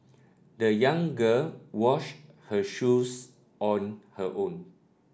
the young girl washed her shoes on her own